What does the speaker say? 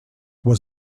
was